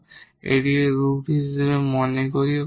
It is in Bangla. এবং এটিকে রুট বলে মনে করি